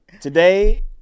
today